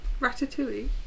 Ratatouille